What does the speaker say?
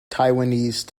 taiwanese